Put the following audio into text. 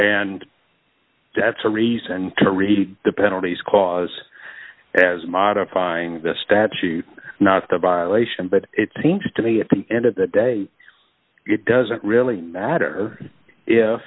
and that's a reason to read the penalties cause as modifying the statute not the violation but it seems to me at the end of the day it doesn't really matter